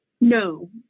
No